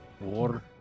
Water